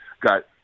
got